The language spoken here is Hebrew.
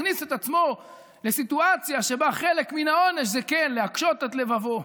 הכניס את עצמו לסיטואציה שבה חלק מן העונש זה כן להקשות את לבבו.